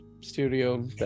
studio